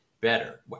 better